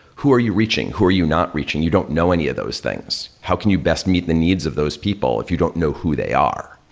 who are you reaching? who are you not reaching? you don't know any of those things. how can you best meet the needs of those people if you don't know who they are?